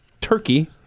Turkey